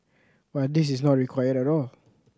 but this is not required at all